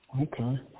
Okay